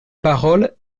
parole